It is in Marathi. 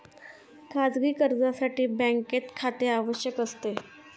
खाजगी कर्जासाठी बँकेत खाते आवश्यक असते